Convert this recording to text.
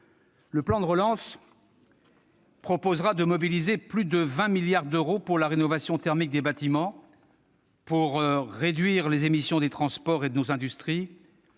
Le plan de relance proposera de mobiliser plus de 20 milliards d'euros pour mener la rénovation thermique des bâtiments, réduire les émissions des transports et de nos industries,